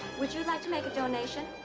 would you like to make a donation?